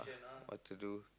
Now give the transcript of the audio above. what to do